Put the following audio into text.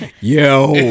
yo